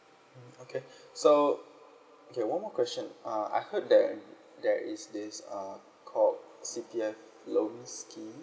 okay so okay one more question uh I heard that there is this uh called C_P_F loan scheme